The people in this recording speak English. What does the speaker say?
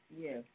Yes